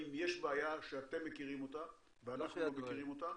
האם יש בעיה שאתם מכירים אותה ואנחנו לא מכירים אותה.